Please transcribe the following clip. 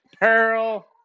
Pearl